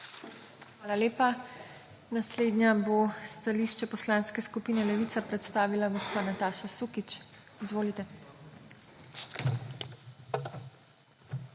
Hvala lepa. Naslednja bo stališče Poslanske skupine Levica predstavila gospa Nataša Sukič. Izvolite.